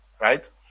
right